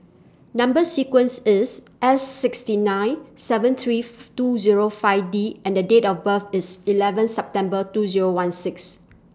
Number sequence IS S sixty nine seven three two Zero five D and Date of birth IS eleven September two Zero one six